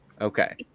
Okay